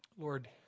Lord